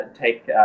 take